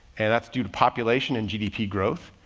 and that's due to population and gdp growth.